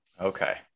Okay